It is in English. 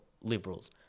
Liberals